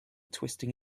twisting